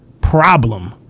problem